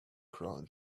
crown